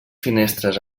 finestres